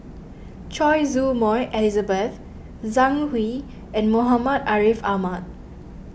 Choy Su Moi Elizabeth Zhang Hui and Muhammad Ariff Ahmad